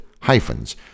hyphens